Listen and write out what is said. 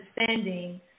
understanding